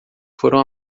foram